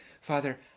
Father